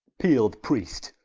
piel'd priest,